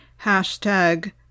Hashtag